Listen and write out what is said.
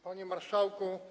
Panie Marszałku!